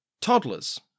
Toddlers